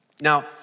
Now